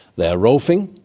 they are rolfing,